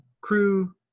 crew